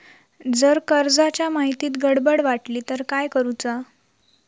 जर कर्जाच्या माहितीत गडबड वाटली तर काय करुचा?